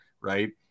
right